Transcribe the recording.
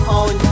on